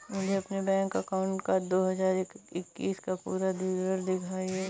मुझे अपने bank account का दो हज़ार इक्कीस का पूरा विवरण दिखाएँ?